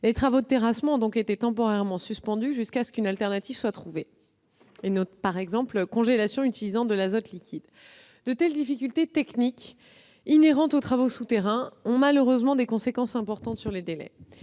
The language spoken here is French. Les travaux de terrassement ont donc été temporairement suspendus jusqu'à ce qu'une alternative soit trouvée, la congélation utilisant de l'azote liquide. De telles difficultés techniques, inhérentes aux travaux souterrains, ont malheureusement des conséquences importantes sur les délais.